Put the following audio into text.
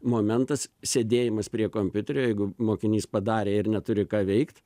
momentas sėdėjimas prie kompiuterio jeigu mokinys padarė ir neturi ką veikt